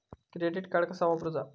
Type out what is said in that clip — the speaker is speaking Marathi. क्रेडिट कार्ड कसा वापरूचा?